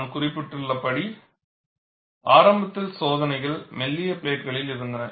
நான் குறிப்பிட்டபடி ஆரம்பத்தில் சோதனைகள் மெல்லிய பிளேட் களில் இருந்தன